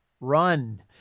run